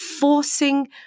forcing